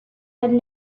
had